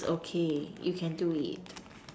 it's okay you can do it